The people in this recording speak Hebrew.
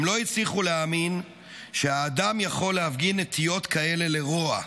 הם לא הצליחו להאמין שהאדם יכול להפגין נטיות כאלה לרוע,